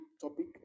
topic